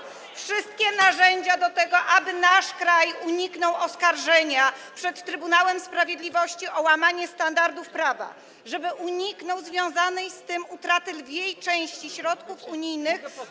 W rękach polityków PiS są wszystkie narzędzia do tego, aby nasz kraj uniknął oskarżenia przed Trybunałem Sprawiedliwości o łamanie standardów prawa, żeby uniknął związanej z tym utraty lwiej części środków unijnych.